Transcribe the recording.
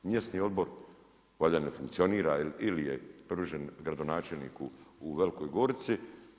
Mjesni odbor valjda ne funkcionira ili je privržen gradonačelniku u Velikoj Gorici.